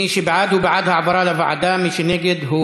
מי שבעד, הוא בעד העברה לוועדה, מי שנגד,